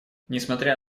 несмотря